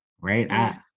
Right